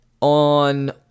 On